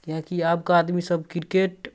किएकि आबके आदमीसभ किरकेट